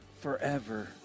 forever